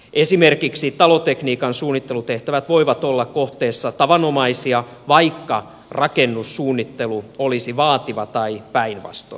esimerkiksi talotekniikan suunnittelutehtävät voivat olla kohteessa tavanomaisia vaikka rakennussuunnittelu olisi vaativa tai päinvastoin